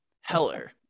Heller